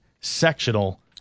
sectional